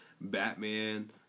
Batman